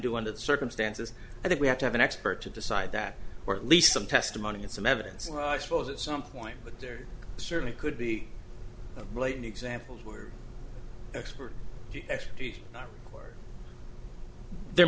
do under the circumstances i think we have to have an expert to decide that or at least some testimony and some evidence i suppose at some point but there certainly could be blatant examples where expert expertise or there